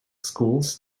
schools